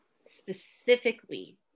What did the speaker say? specifically